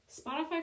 spotify